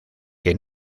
que